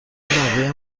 بقیه